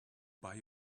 buy